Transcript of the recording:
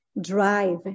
drive